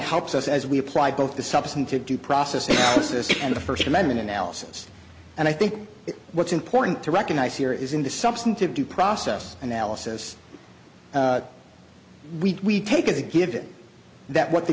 helps us as we apply both the substantive due process of the system and the first amendment analysis and i think what's important to recognize here is in the substantive due process analysis we take a given that what the